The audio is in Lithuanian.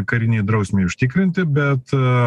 karinei drausmei užtikrinti bet